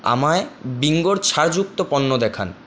আমায় বিঙ্গোর ছাড় যুক্ত পণ্য দেখান